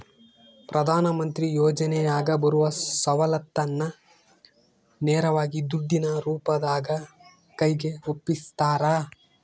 ಪ್ರಧಾನ ಮಂತ್ರಿ ಯೋಜನೆಯಾಗ ಬರುವ ಸೌಲತ್ತನ್ನ ನೇರವಾಗಿ ದುಡ್ಡಿನ ರೂಪದಾಗ ಕೈಗೆ ಒಪ್ಪಿಸ್ತಾರ?